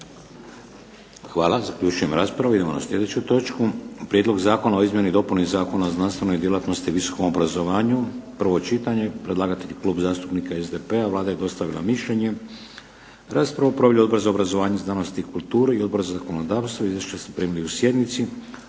**Šeks, Vladimir (HDZ)** Idemo na sljedeću točku - Prijedlog zakona o izmjeni i dopuni Zakona o znanstvenoj djelatnosti i visokom obrazovanju, prvo čitanje, P.Z. br. 355 Predlagatelj: Klub zastupnika SDP-a Vlada je dostavila mišljenje. Raspravu je proveo Odbor za obrazovanje, znanost i kulturu i Odbor za zakonodavstvo. Izvješća ste primili u sjednici.